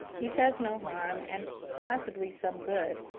he says no harm, and possibly some good,